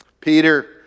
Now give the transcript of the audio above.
Peter